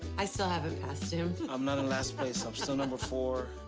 i still haven't passed him. i'm not in last place, i'm still number four.